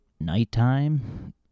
nighttime